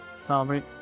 Celebrate